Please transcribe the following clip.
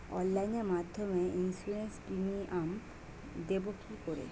অনলাইনে মধ্যে insurance premium দেবো কি করে?